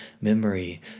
memory